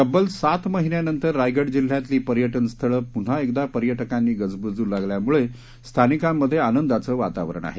तब्बल सात महिन्यानंतर रायगड जिल्ह्यातली पर्यटनस्थळ पुन्हा एकदा पर्यटकांनी गजबजू लागल्यामुळे स्थानिकांमध्ये आंनदाचं वातावरण आहे